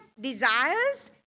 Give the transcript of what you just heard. desires